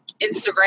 Instagram